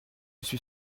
suis